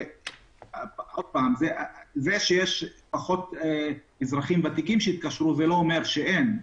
זה שיש פחות אזרחים ותיקים שהתקשרו זה לא אומר שאין.